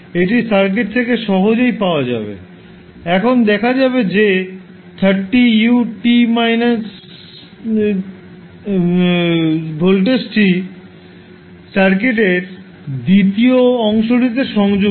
এটি সার্কিট থেকে সহজেই পাওয়া যাবে এখন দেখা যাবে যে 30 u ভোল্টেজটি সার্কিটের দ্বিতীয় অংশটিতে সংযুক্ত